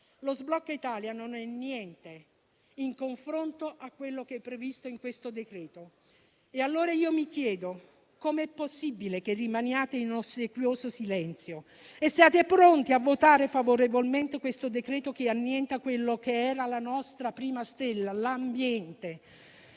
Lo sblocca Italia non è niente in confronto a quello che è previsto in questo decreto-legge. Mi chiedo allora come sia possibile che rimaniate in ossequioso silenzio e siate pronti a votare favorevolmente questo decreto che annienta quella che era la nostra prima stella, l'ambiente.